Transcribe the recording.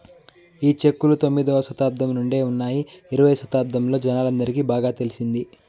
ఈ చెక్కులు తొమ్మిదవ శతాబ్దం నుండే ఉన్నాయి ఇరవై శతాబ్దంలో జనాలందరికి బాగా తెలిసింది